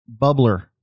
bubbler